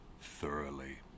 thoroughly